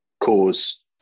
cause